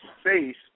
space